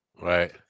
Right